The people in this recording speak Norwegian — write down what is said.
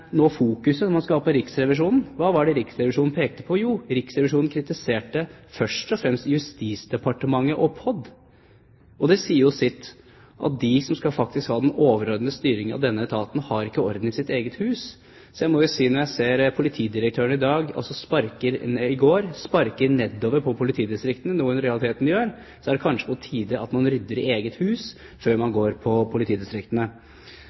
nå ha på Riksrevisjonen: Hva var det Riksrevisjonen pekte på? Jo, Riksrevisjonen kritiserte først og fremst Justisdepartementet og POD. Det sier jo sitt, at de som skal ha den overordnede styringen av denne etaten, ikke har orden i sitt eget hus. Så må jeg si at da jeg i går så politidirektøren sparke nedover på politidistriktene – noe hun i realiteten gjør – er det kanskje på tide at man rydder i eget hus før man går på politidistriktene.